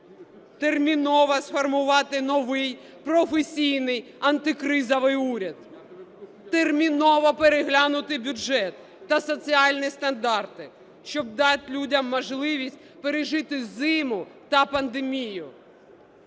терміново сформувати новий професійний антикризовий уряд. Терміново переглянути бюджет та соціальні стандарти, щоб дати людям можливість пережити зиму та пандемію.